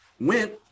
went